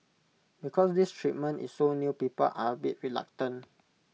because this treatment is so new people are A bit reluctant